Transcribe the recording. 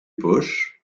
poches